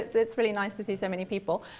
it's really nice to see so many people.